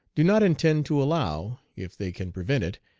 do not intend to allow, if they can prevent it,